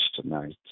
tonight